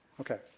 Okay